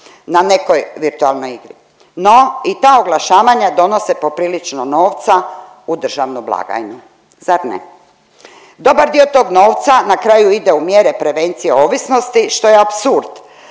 na nekoj virtualnoj igri. No i ta oglašavanja donose poprilično novca u državnu blagajnu. Zar ne? Dobar dio tog novca na kraju ide u mjere prevencije ovisnosti što je apsurd,